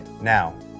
Now